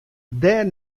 dêr